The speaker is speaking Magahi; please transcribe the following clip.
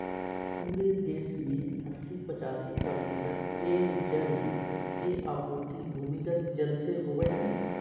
पूरे देश में अस्सी पचासी प्रतिशत पेयजल के आपूर्ति भूमिगत जल से होबय हइ